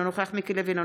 אינו נוכח מיקי לוי,